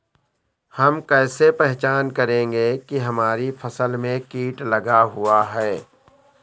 हम कैसे पहचान करेंगे की हमारी फसल में कीट लगा हुआ है?